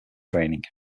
training